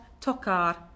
tocar